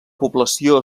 població